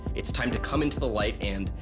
it's time to come into the light and,